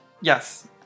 yes